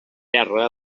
terra